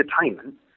entertainment